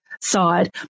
side